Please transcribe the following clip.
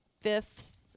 fifth